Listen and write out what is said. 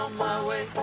um my way